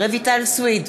רויטל סויד,